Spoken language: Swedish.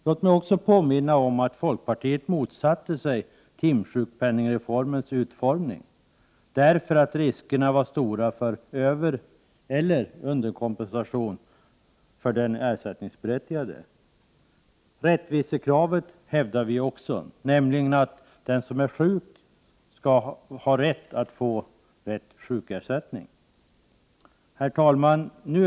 Låt mig också påminna om att folkpartiet motsatte sig timsjukpenningreformens utformning, därför att riskerna för övereller underkompensation för den ersättningsberättigade var stora. Rättvisekravet hävdar vi också, nämligen att den som är sjuk skall ha rätt att få rätt sjukersättning. Herr talman!